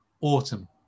autumn